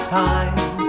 time